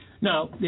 Now